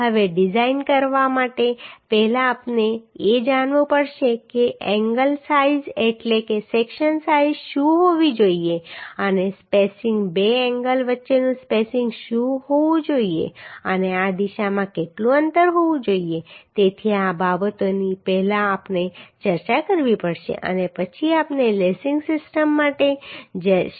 હવે ડિઝાઈન કરવા માટે પહેલા આપણે એ જાણવું પડશે કે એંગલ સાઈઝ એટલે કે સેક્શન સાઈઝ શું હોવી જોઈએ અને સ્પેસિંગ બે એન્ગલ વચ્ચે સ્પેસિંગ શું હોવું જોઈએ અને આ દિશામાં કેટલું અંતર હોવું જોઈએ તેથી આ બાબતોની પહેલા આપણે ચર્ચા કરવી પડશે અને પછી આપણે લેસિંગ સિસ્ટમ માટે જશે